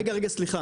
רגע רגע סליחה.